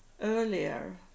earlier